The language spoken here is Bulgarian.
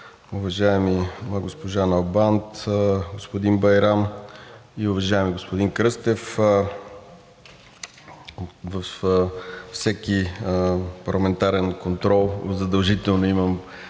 уважаеми госпожа Налбант, господин Байрам и уважаеми господин Кръстев! Във всеки парламентарен контрол задължително имам